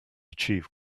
achieve